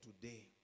today